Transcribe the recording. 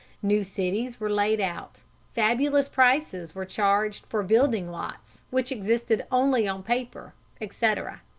new cities were laid out fabulous prices were charged for building-lots which existed only on paper etc.